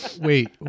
Wait